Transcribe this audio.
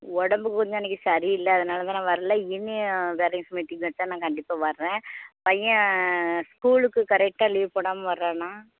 உடம்பு கொஞ்சம் அன்றைக்கி சரியில்லை அதனால் தான் நான் வரல இனி பேரண்ட்ஸ் மீட்டிங் வைச்சா நான் கண்டிப்பாக வரேன் பையன் ஸ்கூலுக்கு கரெக்டாக லீவ் போடாமல் வரானா